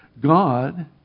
God